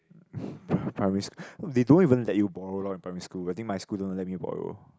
primary school they don't even let you borrow lor in primary school I think my school doesn't let me borrow